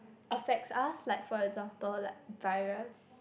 affects us like for example like virus